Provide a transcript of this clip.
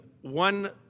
one